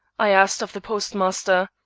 i asked of the postmaster.